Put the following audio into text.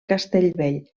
castellvell